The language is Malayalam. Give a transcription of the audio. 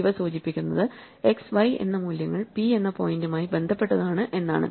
ഇവ സൂചിപ്പിക്കുന്നത് x y എന്ന മൂല്യങ്ങൾ p എന്ന പോയിന്റുമായി ബന്ധപ്പെട്ടതാണ് എന്നാണ്